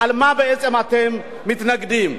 למה בעצם אתם מתנגדים.